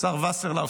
השר וסרלאוף,